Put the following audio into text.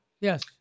Yes